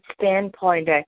standpoint